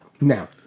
now